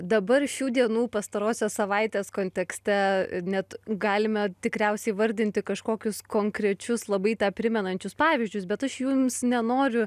dabar šių dienų pastarosios savaitės kontekste net galime tikriausiai įvardinti kažkokius konkrečius labai primenančius pavyzdžius bet aš jums nenoriu